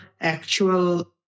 actual